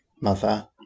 mother